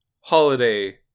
Holiday